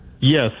Yes